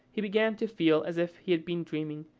he began to feel as if he had been dreaming,